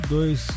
Dois